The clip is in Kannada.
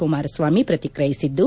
ಕುಮಾರಸ್ವಾಮಿ ಪ್ರತಿಕ್ರಿಹಿಸಿದ್ದು